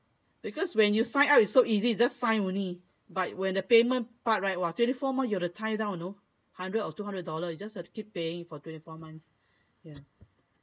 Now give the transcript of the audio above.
because when you sign up it's so easy just sign only but when the payment part right !wah! twenty four months you have to times you know hundred or two hundred dollars you just have to keep paying for twenty four months ya